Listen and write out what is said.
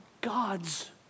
God's